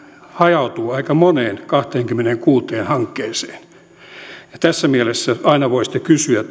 hajautuu aika moneen kahteenkymmeneenkuuteen hankkeeseen ja tässä mielessä aina voi kysyä